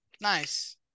Nice